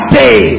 day